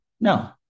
no